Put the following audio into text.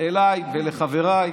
אליי ולחבריי,